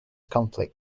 conflict